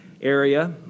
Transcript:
area